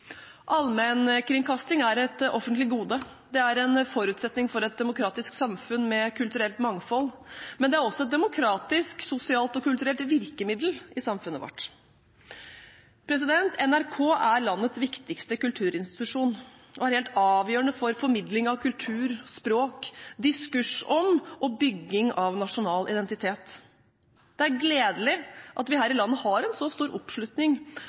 Allmennkringkasting er et offentlig gode, det er en forutsetning for et demokratisk samfunn med kulturelt mangfold, men det er også et demokratisk, sosialt og kulturelt virkemiddel i samfunnet vårt. NRK er landets viktigste kulturinstitusjon, og er helt avgjørende for formidling av kultur, språk, diskurs om og bygging av nasjonal identitet. Det er gledelig at vi her i landet har en så stor oppslutning